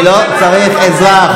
אני לא צריך עזרה.